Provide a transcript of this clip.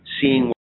seeing